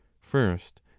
first